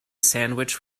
sandwich